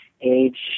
age